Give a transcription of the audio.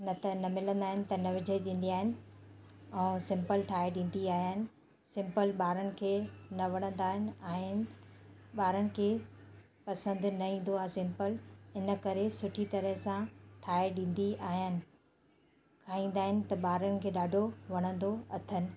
न त न मिलंदा आहिनि त न विझी ॾींदी आयानि सिंपल ठाहे ॾींदी आयानि सिंपल ॿारनि खे न वणंदा आहिनि ॿारनि खे पसंदि न ईंदो आहे सिंपल इन करे सुठी तरह सां ठाहे ॾींदी आयानि खाईंदा आहिनि त ॿारनि खे ॾाढो वणंदो अथनि